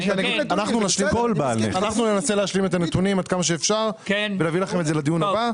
אנחנו ננסה להשלים את הנתונים עד כמה שאפשר ולהביא לכם את זה לדיון הבא.